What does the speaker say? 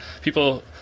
people